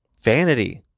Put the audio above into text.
Vanity